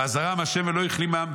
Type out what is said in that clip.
ועזרם ה' ולא הכלימם.